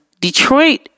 Detroit